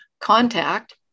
contact